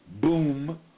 boom